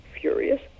furious